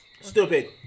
Stupid